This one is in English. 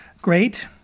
great